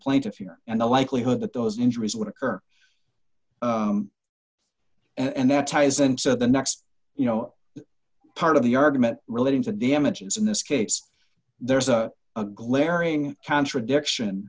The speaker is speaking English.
plaintiff here and the likelihood that those injuries would occur and that ties and said the next you know part of the argument relating to damages in this case there's a glaring contradiction